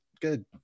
good